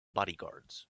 bodyguards